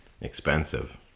expensive